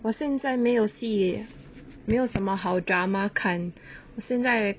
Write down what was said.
我现在没有戏没有什么好 drama 看我现在